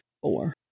four